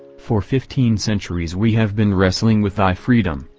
for fifteen centuries we have been wrestling with thy freedom,